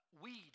weed